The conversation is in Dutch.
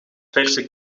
verse